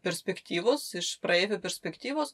perspektyvos iš praeivio perspektyvos